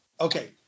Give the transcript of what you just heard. Okay